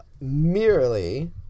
merely